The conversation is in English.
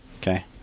Okay